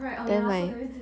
then my